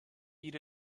beat